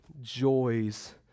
joys